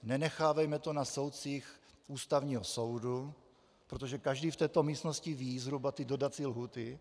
Nenechávejme to na soudcích Ústavního soudu, protože každý v této místnosti ví zhruba ty dodací lhůty.